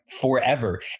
forever